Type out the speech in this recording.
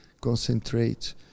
concentrate